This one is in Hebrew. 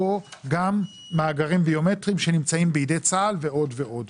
או גם מאגרים ביומטריים שנמצאים בידי צה"ל ועוד ועוד,